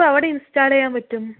അപ്പോൾ എവിടെ ഇൻസ്റ്റാൾ ചെയ്യാൻ പറ്റും